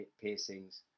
piercings